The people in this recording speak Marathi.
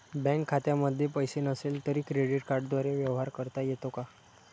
बँक खात्यामध्ये पैसे नसले तरी क्रेडिट कार्डद्वारे व्यवहार करता येतो का?